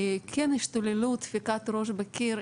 השתוללות ודפיקת ראש בקיר,